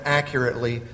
accurately